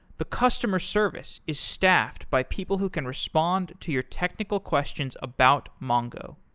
the customer service is staffed by people who can respond to your technical questions about mongo.